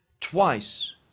twice